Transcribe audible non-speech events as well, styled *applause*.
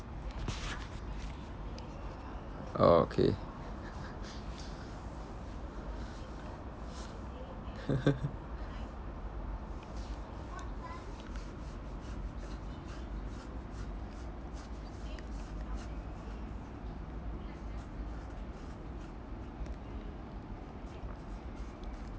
oh okay *laughs*